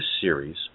series